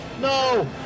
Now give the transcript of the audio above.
No